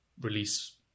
release